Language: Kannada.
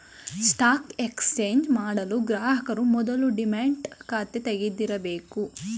ಸ್ಟಾಕ್ ಎಕ್ಸಚೇಂಚ್ ಮಾಡಲು ಗ್ರಾಹಕರು ಮೊದಲು ಡಿಮ್ಯಾಟ್ ಖಾತೆ ತೆಗಿದಿರಬೇಕು